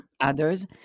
others